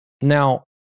Now